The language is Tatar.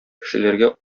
кешеләргә